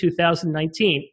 2019